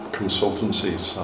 consultancies